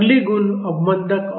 अगली गुण अवमन्दक है